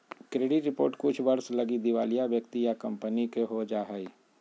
credit report कुछ वर्ष लगी दिवालिया व्यक्ति या कंपनी के हो जा हइ